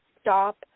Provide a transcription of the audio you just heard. stop